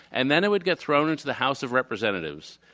and then it would get thrown into the house of representatives,